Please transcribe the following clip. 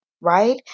right